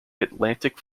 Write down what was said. atlantic